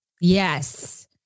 Yes